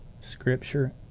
Scripture